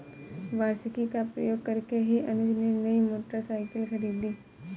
वार्षिकी का प्रयोग करके ही अनुज ने नई मोटरसाइकिल खरीदी